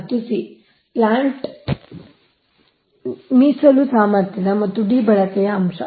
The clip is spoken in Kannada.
ಮತ್ತು c ಪ್ಲಾಂಟ್ ಮೀಸಲು ಸಾಮರ್ಥ್ಯ ಮತ್ತು d ಬಳಕೆಯ ಅಂಶ